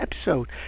episode